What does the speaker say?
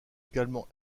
également